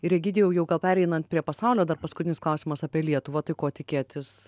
ir egidijau jau gal pereinant prie pasaulio dar paskutinis klausimas apie lietuvą tai ko tikėtis